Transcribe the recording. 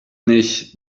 nicht